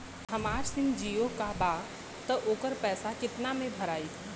हमार सिम जीओ का बा त ओकर पैसा कितना मे भराई?